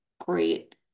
great